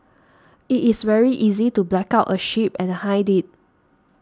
it is very easy to black out a ship and hide it